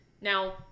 Now